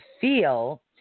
feel